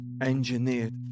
engineered